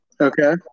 Okay